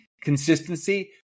consistency